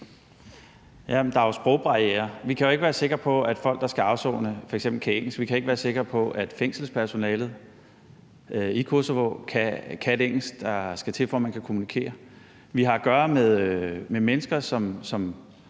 der er jo sprogbarrierer. Vi kan jo ikke være sikre på, at folk, der skal afsone, f.eks. kan engelsk, og vi kan ikke være sikre på, at fængselspersonalet i Kosovo kan det engelsk, der skal til, for at man kan kommunikere. Vi har at gøre med mennesker, som